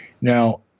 Now